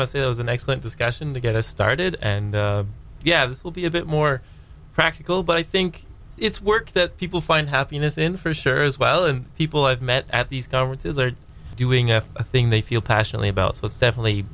is an excellent discussion to get us started and yeah this will be a bit more practical but i think it's work that people find happiness in for sure as well and people i've met at these conferences are doing a thing they feel passionately about so it's definitely